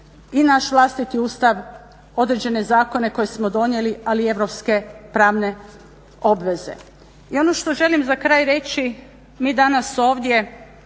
i naš vlastiti Ustav, određene zakone koje smo donijeli, ali i europske pravne obveze. I ono što želim za kraj reći, mi danas ovdje